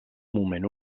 moment